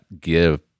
give